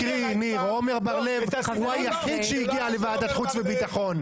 עמר בר לב הוא היחיד שהגיע לוועדת חוץ וביטחון.